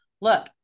look